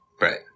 Right